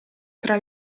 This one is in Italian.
tra